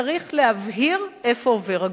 שצריך להבהיר איפה עובר הגבול.